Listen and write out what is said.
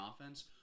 offense